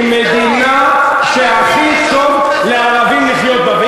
היא מדינה שהכי טוב לחיות בה.